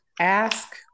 ask